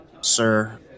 Sir